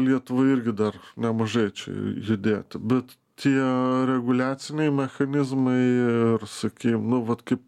lietuvai irgi dar nemažai čia judėt bet tie reguliaciniai mechanizmai ir sakykim nu vat kaip